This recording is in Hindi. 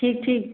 ठीक ठीक